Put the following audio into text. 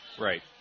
Right